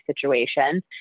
situation